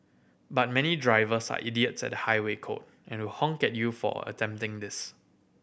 but many drivers are idiots at highway code and honk get you for attempting this